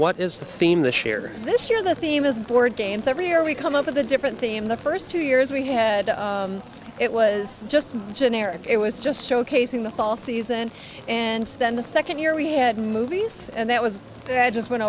what is the theme this year this year the theme is boardgames every year we come up with a different theme the first two years we had it was just generic it was just showcasing the fall season and then the second year we had movies and that was just went